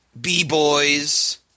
B-boys